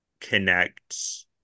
connects